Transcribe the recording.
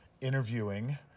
interviewing